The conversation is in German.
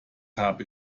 habe